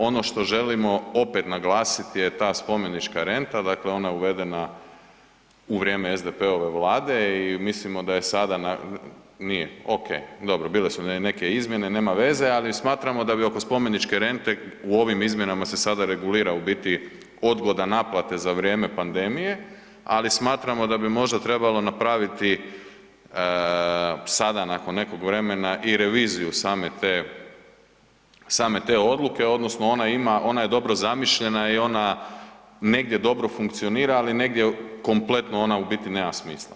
Ono što želimo opet naglasiti je ta spomenička renta, dakle ona je uvedena u vrijeme SDP-ove vlade i mislimo da je sada, nije, ok, dobro bile su neke izmjene, nema veze, ali smatramo da bi oko spomeničke rente u ovim izmjenama se sada regulira u biti odgoda naplate za vrijeme pandemije, ali smatramo da bi možda trebalo napraviti sada nakon nekog vremena i reviziju same te, same te odluke odnosno ona ima, ona je dobro zamišljena i ona negdje dobro funkcionira, ali negdje kompletno ona u biti nema smisla.